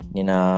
Nina